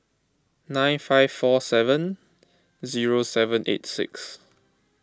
nine five four seven zero seven eight six